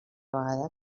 vegada